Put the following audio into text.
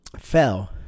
fell